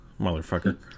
motherfucker